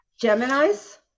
Gemini's